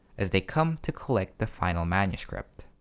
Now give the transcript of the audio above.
as they come to collect the final manuscript.